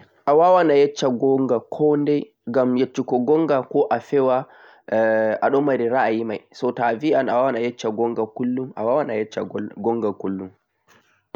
Aà awawan a yesh-sha gonga koo'ndai ngam yesh-shugo gonga ko a fewa ɗo ra'ayima'un, ta'avi an'ayesh-shan gongo kullum awawan